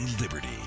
liberty